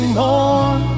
more